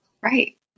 right